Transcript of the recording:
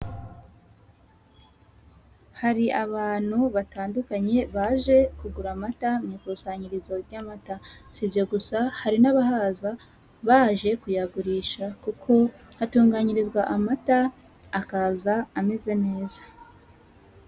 Hari abantu batandukanye baje kugura amata mu ikusanyirizo ry'amata, si ibyo gusa hari n'abahaza baje kuyagurisha kuko hatunganyirizwa amata akaza ameze neza.